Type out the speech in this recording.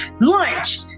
lunch